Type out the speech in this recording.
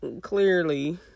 clearly